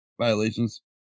violations